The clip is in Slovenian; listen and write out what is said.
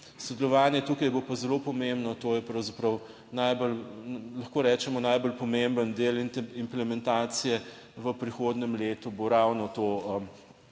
Sodelovanje tukaj bo pa zelo pomembno, to je pravzaprav najbolj, lahko rečemo najbolj pomemben del implementacije. V prihodnjem letu bo ravno to delo